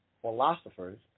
philosophers